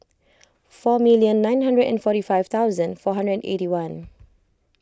four million nine hundred and forty five thousand four hundred and eighty one